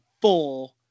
four